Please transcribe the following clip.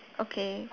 okay